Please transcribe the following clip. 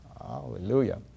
Hallelujah